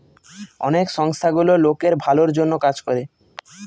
অনেক সংস্থা গুলো লোকের ভালোর জন্য কাজ করে